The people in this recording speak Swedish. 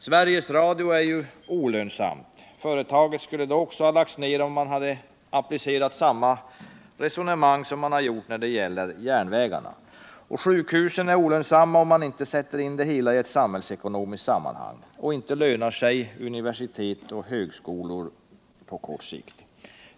Sveriges Radio är olönsamt. Företaget skulle då också ha lagts ner om man använt samma resonemang där som när det gäller järnvägarna. Sjukhusen är olönsamma om man inte sätter in det hela i ett samhällsekonomiskt sammanhang. Och inte lönar sig universitet och högskolor på kort sikt.